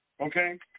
Okay